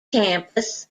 campus